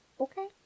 Okay